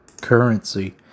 currency